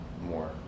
More